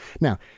Now